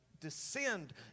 descend